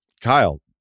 Kyle